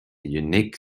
unique